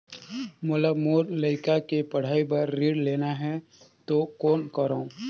मोला मोर लइका के पढ़ाई बर ऋण लेना है तो कौन करव?